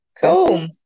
cool